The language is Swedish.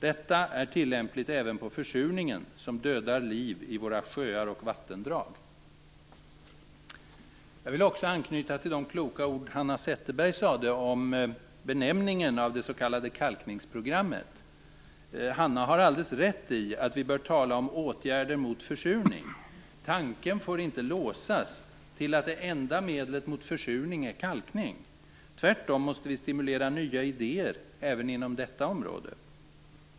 Detta är tillämpligt även på försurningen, som dödar liv i våra sjöar och vattendrag. Jag vill också anknyta till de kloka ord Hanna Zetterberg sade om benämningen av det s.k. kalkningsprogrammet. Hanna har alldeles rätt i att vi bör tala om åtgärder mot försurning. Tanken får inte låsas vid att det enda medlet mot försurning är kalkning. Tvärtom måste vi stimulera nya idéer även inom detta område.